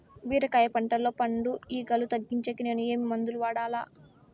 బీరకాయ పంటల్లో పండు ఈగలు తగ్గించేకి నేను ఏమి మందులు వాడాలా?